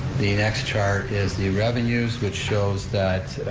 the next chart is the revenues, which shows that,